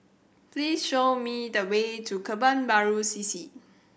please show me the way to Kebun Baru C C